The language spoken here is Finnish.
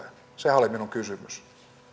sehän oli minun kysymykseni